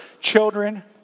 children